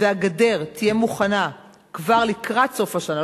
והגדר תהיה מוכנה כבר לקראת סוף השנה,